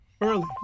Early